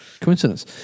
coincidence